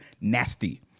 nasty